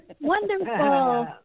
Wonderful